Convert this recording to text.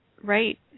right